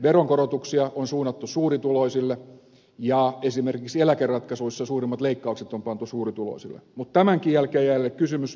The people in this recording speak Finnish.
veronkorotuksia on suunnattu suurituloisille ja esimerkiksi eläkeratkaisuissa suurimmat leikkaukset on pantu suurituloisille mutta tämänkin jälkeen jää kysymys riittääkö tämä